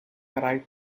arrive